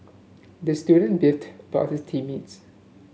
the student beefed about his team mates